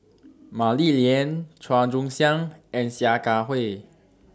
Mah Li Lian Chua Joon Siang and Sia Kah Hui